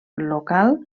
local